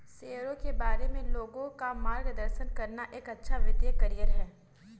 शेयरों के बारे में लोगों का मार्गदर्शन करना एक अच्छा वित्तीय करियर है